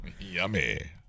Yummy